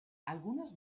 algunos